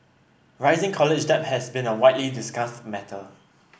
rising college debt has been a widely discussed matter